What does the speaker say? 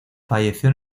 falleció